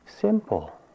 Simple